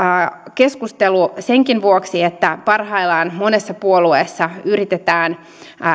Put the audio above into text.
keskustelu senkin vuoksi että parhaillaan monessa puolueessa yritetään